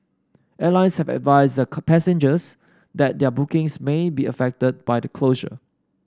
airlines have advised their passengers that their bookings may be affected by the closure